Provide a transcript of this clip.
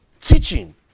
Teaching